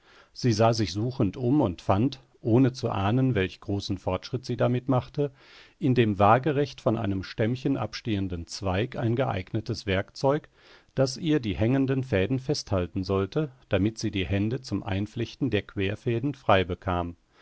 sie sah sich suchend um und fand ohne zu ahnen welch großen fortschritt sie damit machte in dem waagerecht von einem stämmchen abstehenden zweig ein geeignetes werkzeug das ihr die hängenden fäden festhalten sollte damit sie die hände zum einflechten der querfäden freibekam